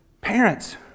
Parents